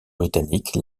britanniques